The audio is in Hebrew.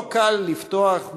לא קל לפתוח,